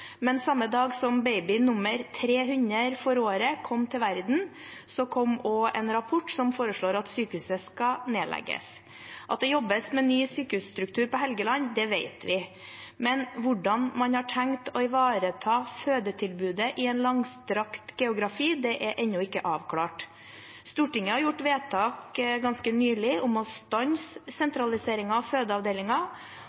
Men samme dag som baby nr. 300 for året kom til verden, kom også en rapport som foreslår at sykehuset skal nedlegges. At det jobbes med ny sykehusstruktur på Helgeland, vet vi, men hvordan man har tenkt å ivareta fødetilbudet i et så langstrakt geografisk område, er ennå ikke avklart. Stortinget har gjort vedtak ganske nylig om å stanse